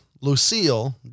Lucille